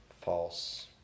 false